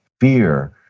fear